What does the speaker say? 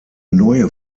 neue